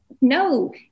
no